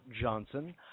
Johnson